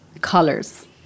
colors